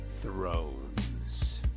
Thrones